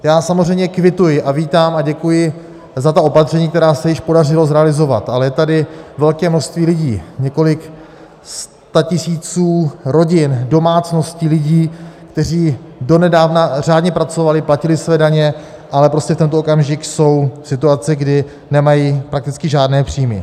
Já samozřejmě kvituji a vítám a děkuji za ta opatření, která se již podařilo zrealizovat, ale je tady velké množství lidí, několik statisíců rodin, domácností lidí, kteří donedávna řádně pracovali, platili své daně, ale prostě v tento okamžik jsou v situaci, kdy nemají prakticky žádné příjmy.